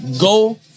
Go